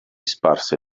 sparse